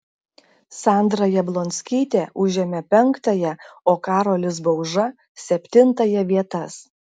sandra jablonskytė užėmė penktąją o karolis bauža septintąją vietas